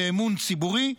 לאמון ציבורי,